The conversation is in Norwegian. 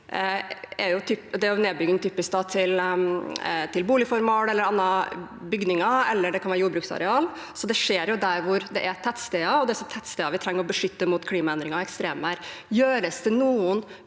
er nedbygging til boligformål eller andre bygninger, eller det kan være jordbruksareal. Så det skjer jo der det er tettsteder, og det er tettsteder vi trenger å beskytte mot klimaendringer og ekstremvær. Gjøres det noen